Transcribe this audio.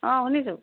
অঁ শুনিছোঁ